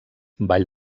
vall